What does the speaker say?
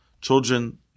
children